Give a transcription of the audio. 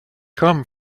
come